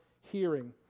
hearing